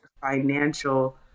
financial